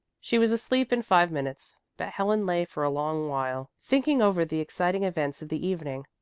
she was asleep in five minutes, but helen lay for a long while thinking over the exciting events of the evening.